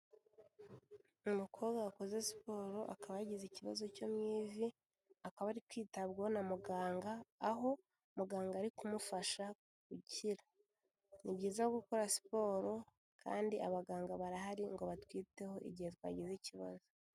Umukobwa wakoze siporo akaba yagize ikibazo cyo mu ivi, akaba ari kwitabwaho na muganga, aho muganga ari kumufasha gukira, ni byiza gukora siporo kandi abaganga barahari ngo batwiteho igihe twagize ikibazo.